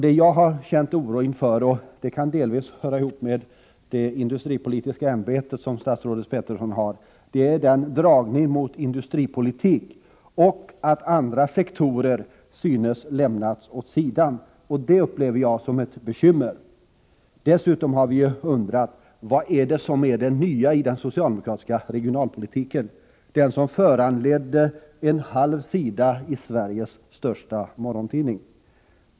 Det jag har känt oro inför, och det kan delvis höra ihop med det industripolitiska ämbete som statsrådet Peterson har, är dragningen mot industripolitik och att andra sektorer synes ha lämnats åt sidan. Det upplever jag som ett bekymmer. Dessutom har vi undrat: Vad är det nya i den socialdemokratiska regionalpolitiken, det som föranledde en halv sida i Sveriges största morgontidning?